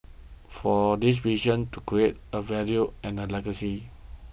for this vision is to create a value and a legacy